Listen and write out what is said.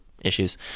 issues